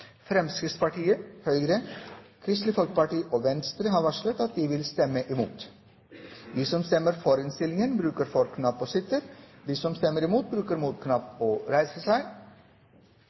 Fremskrittspartiet, Høyre, Kristelig Folkeparti og Venstre har varslet at de vil stemme imot innstillingen. Fremskrittspartiet, Høyre, Kristelig Folkeparti og Venstre har varslet at de vil stemme imot. Fremskrittspartiet har varslet at de vil stemme imot.